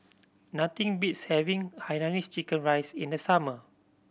nothing beats having Hainanese chicken rice in the summer